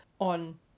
on